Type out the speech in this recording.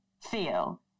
feel